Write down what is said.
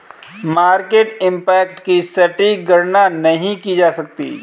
market impact की सटीक गणना नहीं की जा सकती